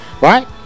right